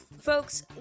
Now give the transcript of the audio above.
Folks